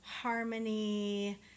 harmony